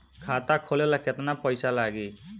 खाता खोले ला केतना पइसा लागी?